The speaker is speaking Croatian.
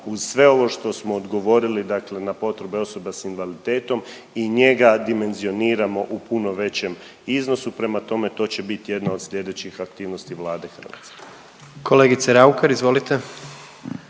uz sve ovo što smo odgovorili, dakle na potrebe osoba sa invaliditetom, i njega dimenzioniramo u puno većem iznosu. Prema tome, to će bit jedna od slijedećih aktivnosti Vlade hrvatske. **Jandroković,